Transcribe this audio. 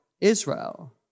Israel